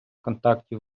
контактів